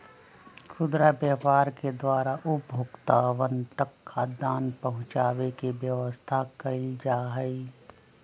खुदरा व्यापार के द्वारा उपभोक्तावन तक खाद्यान्न पहुंचावे के व्यवस्था कइल जाहई